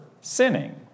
sinning